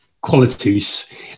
qualities